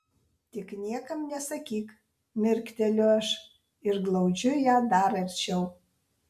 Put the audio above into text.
tik niekam nesakyk mirkteliu aš ir glaudžiu ją dar arčiau